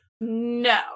No